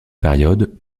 période